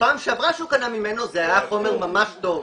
שפעם שעברה שהוא קנה ממנו זה היה חומר ממש טוב.